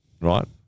Right